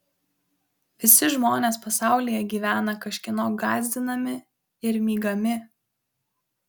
visi žmonės pasaulyje gyvena kažkieno gąsdinami ir mygami